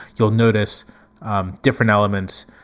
you'll notice um different elements,